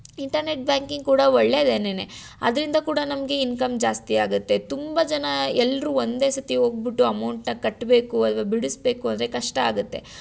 internet banking ಕೂಡ ಒಳ್ಳೆದೆನೆ ಅದರಿಂದ ಕೂಡ ನಮಗೆ ಇನ್ಕಮ್ ಜಾಸ್ತಿ ಆಗುತ್ತೆ ತುಂಬ ಜನ ಎಲ್ಲರೂ ಒಂದೇ ಸತಿ ಹೋಗ್ಬಿಟ್ಟು ಅಮೌಂಟನ್ನು ಕಟ್ಟಬೇಕು ಅಥ್ವಾ ಬಿಡಿಸ್ಬೇಕು ಅಂದರೆ ಕಷ್ಟ ಆಗುತ್ತೆ